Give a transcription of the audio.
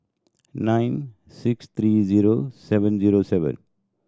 nine six three zero seven zero seven